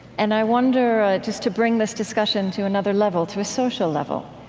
and i wonder, just to bring this discussion to another level, to a social level,